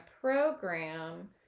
program